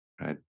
Right